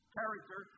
character